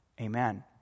Amen